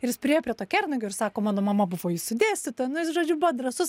ir jis priėjo prie to kernagio ir sako mano mama buvo jūsų dėstytoja žodžiu buvo drąsus